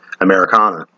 Americana